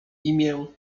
imię